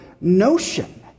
notion